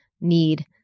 need